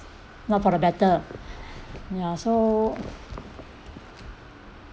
not for the better ya so